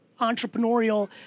entrepreneurial